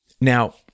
Now